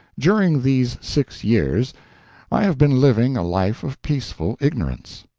during these six years i have been living a life of peaceful ignorance.